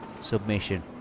submission